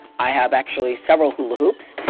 i have actually several hula hoops,